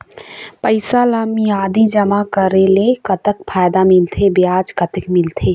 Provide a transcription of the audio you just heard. पैसा ला मियादी जमा करेले, कतक फायदा मिलथे, ब्याज कतक मिलथे?